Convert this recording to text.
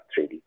3D